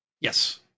Yes